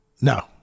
no